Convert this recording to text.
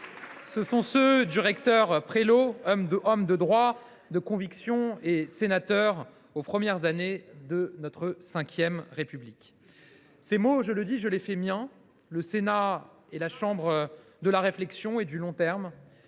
Ce sont ceux du recteur Prélot, homme de droit et de convictions, sénateur dans les premières années de notre V République. Ces mots, j’y insiste, je les fais miens. Le Sénat est la chambre de la réflexion et du long terme.